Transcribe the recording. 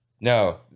No